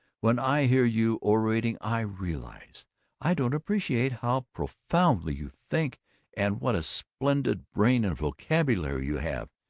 when i hear you orating i realize i don't appreciate how profoundly you think and what a splendid brain and vocabulary you have.